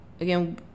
again